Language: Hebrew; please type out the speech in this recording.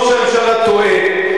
ראש הממשלה טועה,